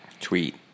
Tweet